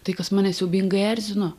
tai kas mane siaubingai erzino